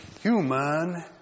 human